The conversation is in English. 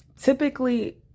typically